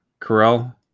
Carell